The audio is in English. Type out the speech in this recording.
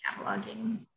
cataloging